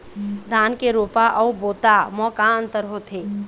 धन के रोपा अऊ बोता म का अंतर होथे?